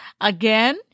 Again